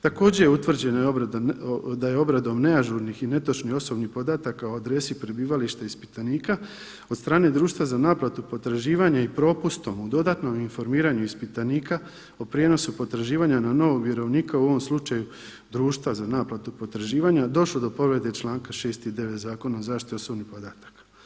Također je utvrđeno da je obradom neažurnih i netočnih osobnih podataka o adresi prebivališta ispitanika od strane društva za naplatu potraživanja i propustom o dodatnom informiranju ispitanika o prijenosu potraživanja na novog vjerovnika u ovom slučaju društva za naplatu potraživanja došlo do povrede članka 6. i 9. Zakona o zaštiti osobnih podataka.